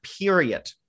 period